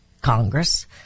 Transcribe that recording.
Congress